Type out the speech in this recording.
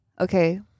okay